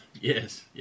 yes